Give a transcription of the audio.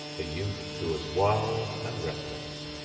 a youth who was wild and reckless.